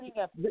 up